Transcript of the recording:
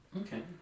Okay